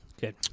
good